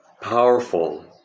powerful